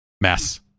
mess